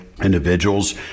individuals